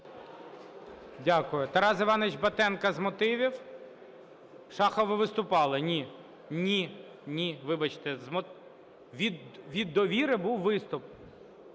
Дякую. Тарас Іванович Батенко – з мотивів. Шахов, ви виступали. Ні, ні, ні, вибачте. Від "Довіри" був виступ.